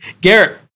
Garrett